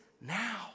now